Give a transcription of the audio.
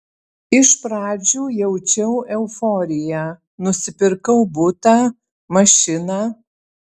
iš pradžių jaučiau euforiją nusipirkau butą mašiną